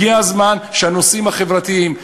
הגיע הזמן שהנושאים החברתיים,